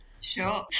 Sure